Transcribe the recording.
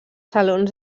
salons